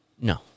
No